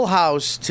house